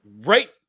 Right